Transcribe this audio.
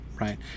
right